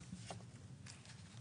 זו